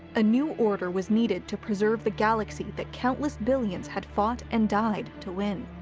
a new order was needed to preserve the galaxy that countless billions had fought and died to win.